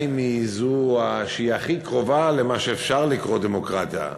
היא זו שהיא הכי קרובה למה שאפשר לקרוא דמוקרטיה.